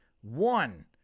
one